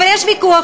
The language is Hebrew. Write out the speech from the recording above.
אבל יש ויכוח,